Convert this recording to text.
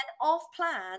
off-plan